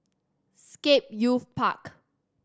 Scape Youth Park